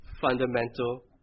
fundamental